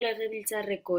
legebiltzarreko